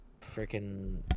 freaking